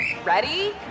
Ready